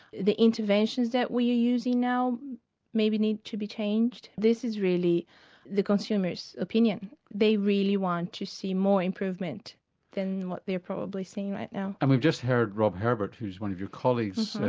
the interventions we are using now maybe need to be changed this is really the consumer's opinion. they really want to see more improvement than what they are probably seeing right now. and we've just heard rob herbert's, who is one of your colleagues,